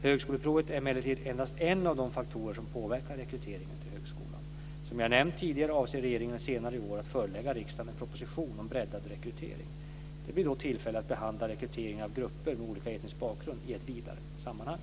Högskoleprovet är emellertid endast en av de faktorer som påverkar rekryteringen till högskolan. Som jag nämnt tidigare avser regeringen att senare i år förelägga riksdagen en proposition om breddad rekrytering. Det blir då tillfälle att behandla rekryteringen av grupper med olika etnisk bakgrund i ett vidare sammanhang.